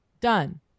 done